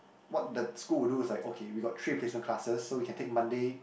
what the school will do is like okay we got three replacement classes so you can take Monday